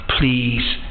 please